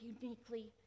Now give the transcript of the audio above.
uniquely